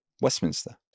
Westminster